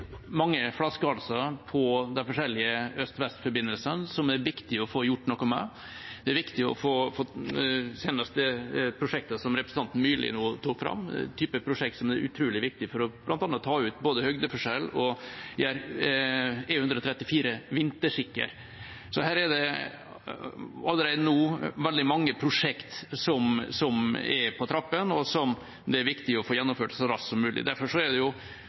mange flaskehalser på de forskjellige øst–vest-forbindelsene som er viktig å få gjort noe med, som det prosjektet som representanten Myrli nå senest tok fram. Det er en type prosjekt som er utrolig viktig bl.a. for både å ta ut høydeforskjell og gjøre E134 vintersikker. Så her er det allerede nå veldig mange prosjekter som er på trappene, og som det er viktig å få gjennomført så raskt som mulig. Derfor, når det